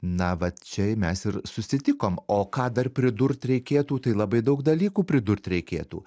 na vat čia mes ir susitikom o ką dar pridurt reikėtų tai labai daug dalykų pridurt reikėtų